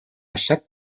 chaque